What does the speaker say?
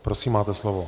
Prosím, máte slovo.